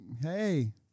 hey